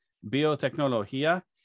biotecnología